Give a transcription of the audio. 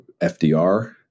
FDR